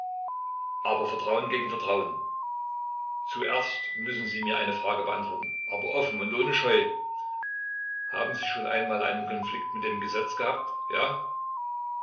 aber vertrauen gegen vertrauen zuerst müssen sie mir eine frage beantworten aber offen und ohne scheu haben sie schon mal einen konflikt mit dem gesetz gehabt ja